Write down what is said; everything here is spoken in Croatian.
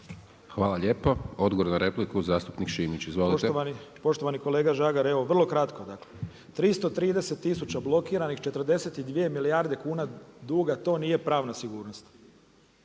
Hvala lijepo. Odgovor na repliku, zastupnik Šimić. Izvolite. **Šimić, Miroslav (MOST)** Poštovani kolega Žagar, evo vrlo kratko, dakle. 330 tisuća blokiranih, 42 milijarde kuna duga, to nije pravna sigurnost.